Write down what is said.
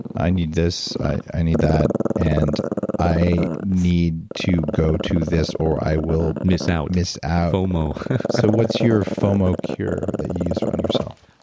i need this, i need that and i need to go to this or i will miss out miss out fomo so, what's your fomo cure that you use on yourself?